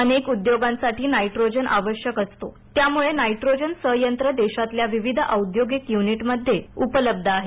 अनेकउद्योगांसाठी nitrogen आवश्यक असतो त्यामुळे नायट्रोजन संयंत्र देशातल्या विविध औद्योगिक युनिटमध्ये उपलब्ध आहेत